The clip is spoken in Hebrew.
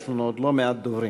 יש לנו עוד לא מעט דוברים.